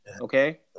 Okay